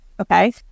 Okay